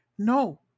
No